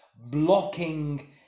blocking